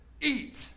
eat